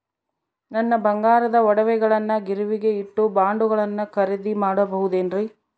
ನನ್ನ ಬಂಗಾರದ ಒಡವೆಗಳನ್ನ ಗಿರಿವಿಗೆ ಇಟ್ಟು ಬಾಂಡುಗಳನ್ನ ಖರೇದಿ ಮಾಡಬಹುದೇನ್ರಿ?